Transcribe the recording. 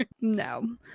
no